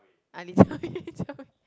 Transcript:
ah Lee-Jia-Wei Jia-Wei Jia-Wei